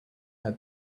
her